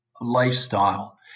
lifestyle